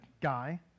guy